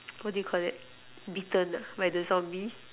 what do you Call that bitten ah by the zombie